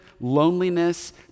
loneliness